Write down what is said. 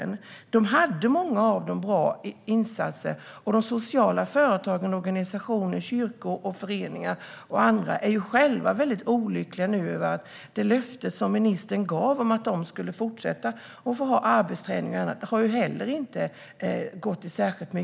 Många av dem hade bra insatser, och sociala företag, organisationer, kyrkor, föreningar och andra är nu olyckliga över att det löfte som ministern gav om att de skulle få fortsätta att ha arbetsträning och annat inte har infriats. Nu avvecklas de.